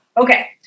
Okay